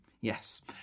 Yes